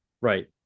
right